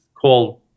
called